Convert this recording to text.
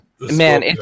Man